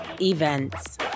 events